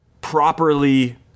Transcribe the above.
properly